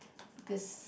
this